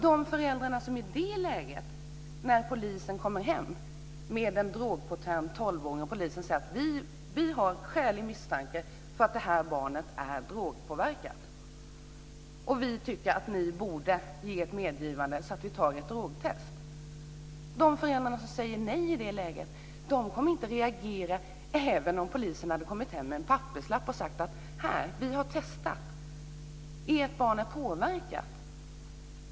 De föräldrar som svarar nej när polisen kommer hem med en drogpåtänd tolvåring och säger "vi har skälig misstanke att det här barnet är drogpåverkat, och vi tycker att ni borde ge ert medgivande så att vi kan ta ett drogtest", hade inte reagerat även om polisen hade kommit hem med en papperslapp och sagt att man har testat och att ert barn är påverkat.